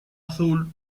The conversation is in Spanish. azul